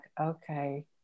okay